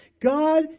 God